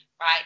right